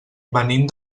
venim